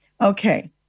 Okay